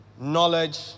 Knowledge